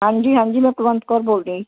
ਹਾਂਜੀ ਹਾਂਜੀ ਮੈਂ ਕੁਲਵੰਤ ਕੌਰ ਬੋਲਦੀ ਹਾਂ ਜੀ